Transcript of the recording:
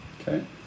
Okay